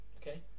Okay